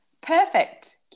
Perfect